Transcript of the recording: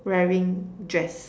wearing dress